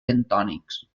bentònics